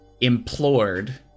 implored